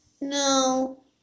No